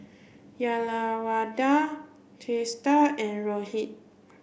Uyyalawada Teesta and Rohit